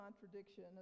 contradiction